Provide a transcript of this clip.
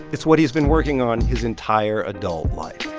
it's what he has been working on his entire adult life